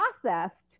processed